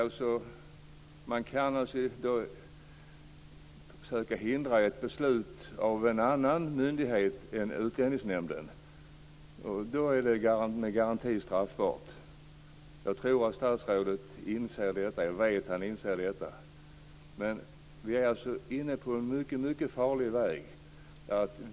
Om man försöker hindra verkställandet av andra myndigheters beslut är det straffbart, med garanti. Jag vet att statsrådet inser det. Här är vi inne på en farlig väg.